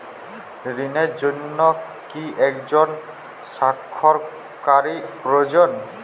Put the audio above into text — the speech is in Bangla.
ঋণের জন্য কি একজন স্বাক্ষরকারী প্রয়োজন?